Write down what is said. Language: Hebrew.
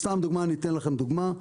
סתם דוגמה, אני אתן לכם דוגמה.